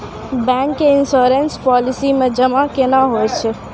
Bank के insurance policy मे जमा केना होय छै?